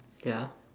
ya